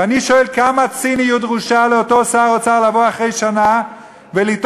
ואני שואל: כמה ציניות דרושה לאותו שר אוצר לבוא אחרי שנה ולטעון